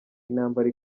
intambara